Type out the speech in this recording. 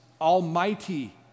almighty